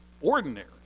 ordinary